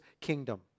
kingdom